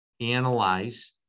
analyze